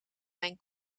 mijn